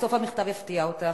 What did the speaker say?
אולי סוף המכתב יפתיע אותך.